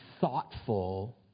thoughtful